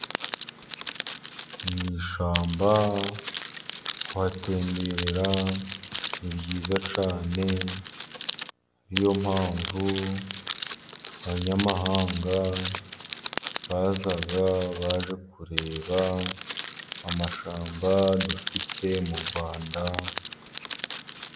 Mu ishamba kuhatemberera nibyiza cyane, niyo mpamvu, abanyamahanga bazaga baje kureba, amashamba dufite mu rwanda.